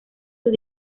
sus